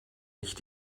nicht